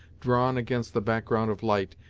drawn against the background of light,